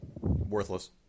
Worthless